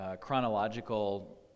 chronological